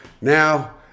Now